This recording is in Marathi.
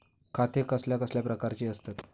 खाते कसल्या कसल्या प्रकारची असतत?